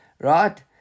right